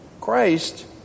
Christ